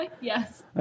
Yes